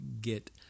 Get